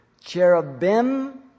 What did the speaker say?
Cherubim